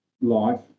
life